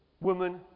woman